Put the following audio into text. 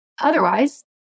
Otherwise